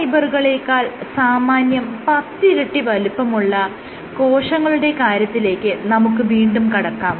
stress ഫൈബറുകളേക്കാൾ സാമാന്യം പത്തിരട്ടി വലുപ്പമുള്ള കോശങ്ങളുടെ കാര്യത്തിലേക്ക് നമുക്ക് വീണ്ടും കടക്കാം